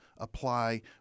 apply